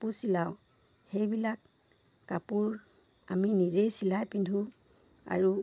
কাপোৰ চিলাওঁ সেইবিলাক কাপোৰ আমি নিজেই চিলাই পিন্ধো আৰু বহুতকো